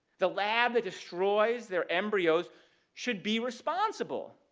the lab that destroys their embryos should be responsible,